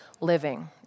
living